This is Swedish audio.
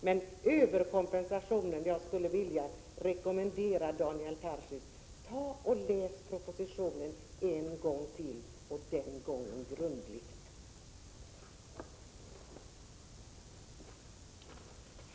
Men när det gäller ”överkompensationen” så skulle jag vilja rekommendera Daniel Tarschys: Läs propositionen en gång till och den gången grundligt!